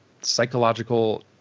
psychological